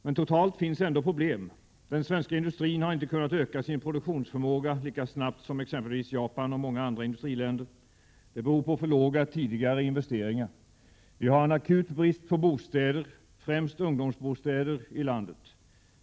Men totalt finns ändå problem. Den svenska industrin har inte kunnat öka sin produktionsförmåga lika snabbt som exempelvis Japan och många andra industriländer. Det beror på för låga tidigare investeringar. Vi har en akut brist på bostäder, främst ungdomsbostäder, i landet.